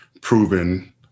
proven